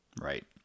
right